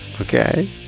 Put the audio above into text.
okay